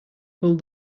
pull